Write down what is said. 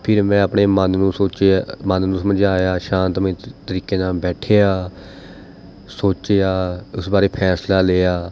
ਫਿਰ ਮੈਂ ਆਪਣੇ ਮਨ ਨੂੰ ਸੋਚਿਆ ਮਨ ਨੂੰ ਸਮਝਾਇਆ ਸ਼ਾਂਤਮਈ ਤਰ ਤਰੀਕੇ ਨਾਲ਼ ਬੈਠਿਆ ਸੋਚਿਆ ਉਸ ਬਾਰੇ ਫੈਸਲਾ ਲਿਆ